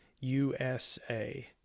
USA